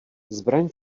zbraň